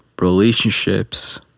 relationships